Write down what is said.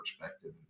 perspective